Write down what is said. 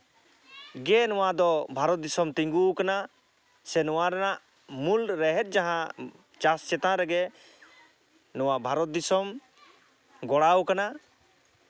ᱜᱮ ᱱᱚᱣᱟ ᱫᱚ ᱵᱷᱟᱨᱚᱛ ᱫᱤᱥᱚᱢ ᱛᱤᱸᱜᱩ ᱠᱟᱱᱟ ᱥᱮ ᱱᱚᱣᱟ ᱨᱮᱱᱟᱜ ᱢᱩᱞ ᱨᱮᱦᱮᱫ ᱡᱟᱦᱟᱸ ᱪᱟᱥ ᱪᱮᱛᱟᱱ ᱨᱮᱜᱮ ᱱᱚᱣᱟ ᱵᱷᱟᱨᱚᱛ ᱫᱤᱥᱚᱢ ᱜᱚᱲᱟᱣ ᱠᱟᱱᱟ